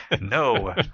No